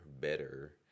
better